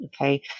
Okay